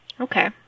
Okay